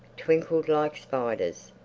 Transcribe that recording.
twinkled like spiders.